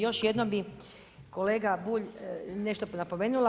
Još jednom bi kolega Bulj, nešto napomenula.